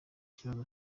kibazo